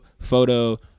photo